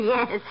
Yes